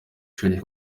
ishuri